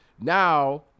now